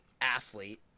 athlete